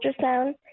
ultrasound